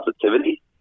Positivity